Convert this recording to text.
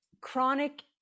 chronic